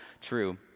true